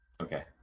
Okay